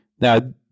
Now